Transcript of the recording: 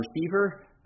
receiver